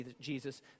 Jesus